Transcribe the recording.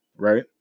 Right